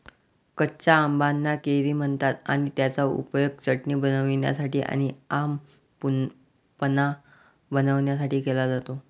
कच्या आंबाना कैरी म्हणतात आणि त्याचा उपयोग चटणी बनवण्यासाठी आणी आम पन्हा बनवण्यासाठी केला जातो